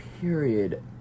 period